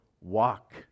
walk